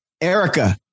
Erica